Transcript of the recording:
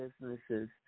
businesses